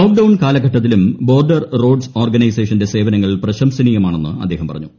lockdown കാലഘട്ടത്തിലും border road ഓർഗനൈസേഷന്റെ സേവനങ്ങൾ പ്രശംസനീയമാണെന്ന് അദ്ദേഹം പറഞ്ഞു